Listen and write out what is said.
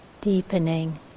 deepening